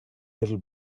little